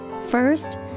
First